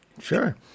Sure